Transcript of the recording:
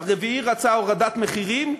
הרביעי רצה הורדת מחירים,